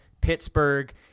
Pittsburgh